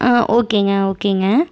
ஆ ஓக்கேங்க ஓக்கேங்க